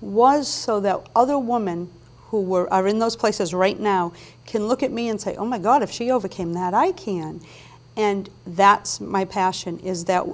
was so that other woman who were in those places right now can look at me and say oh my god if she overcame that i can and that my passion is that